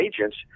agents